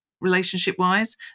relationship-wise